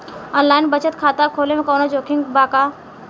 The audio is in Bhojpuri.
आनलाइन बचत खाता खोले में कवनो जोखिम बा का?